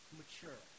mature